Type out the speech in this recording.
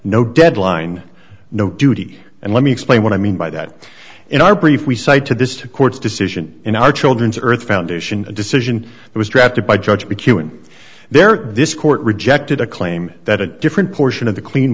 no deadline no duty and let me explain what i mean by that in our brief we cite to this to court's decision in our children's earth foundation a decision that was drafted by judge be cuing there this court rejected a claim that a different portion of the clean